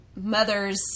mother's